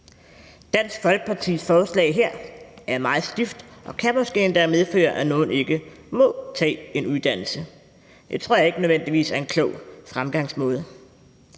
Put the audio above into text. Dansk Folkepartis forslag her er meget stift og kan måske endda medføre, at nogle ikke må tage en uddannelse. Det tror jeg ikke nødvendigvis er en klog fremgangsmåde.